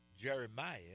Jeremiah